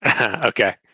Okay